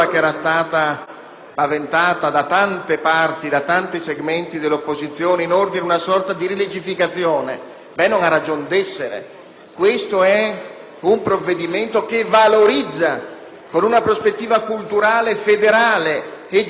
paventata da tante parti e da tanti segmenti dell'opposizione in ordine ad una sorta di rilegificazione non ha ragion d'essere, perché questo provvedimento - con una prospettiva culturale, federale e girondina